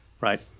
right